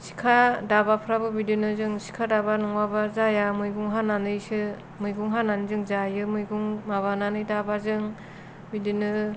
सिखा दाबाफोराबो जों सिखा दाबा नङाब्ला जाया मैगं हानानैसो मैगं हानानै जों माबानानै दाबाजों बिदिनो